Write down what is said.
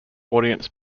audience